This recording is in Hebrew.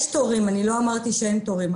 יש תורים, אני לא אמרתי שאין תורים.